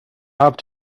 have